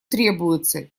требуется